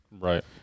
Right